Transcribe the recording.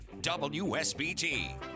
WSBT